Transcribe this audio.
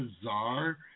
bizarre